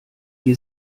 die